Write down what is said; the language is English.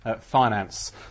finance